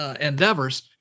endeavors